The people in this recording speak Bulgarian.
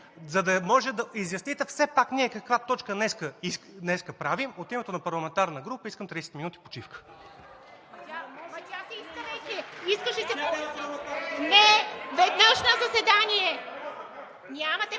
за да може да изясните все пак каква точка днес правим, от името на парламентарната група искам 30 минути почивка.